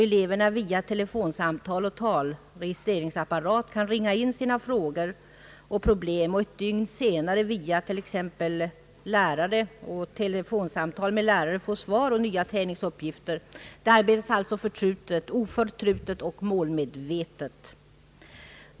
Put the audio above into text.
Eleverna kan via telefon och via talregistreringsapparater ringa in frågor och problem och ett dygn senare genom telefonsamtal med lärare få svar och nya träningsuppgifter. Det arbetas alltså oförtrutet och målmedvetet på detta område.